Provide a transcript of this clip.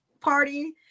party